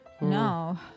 No